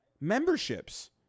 memberships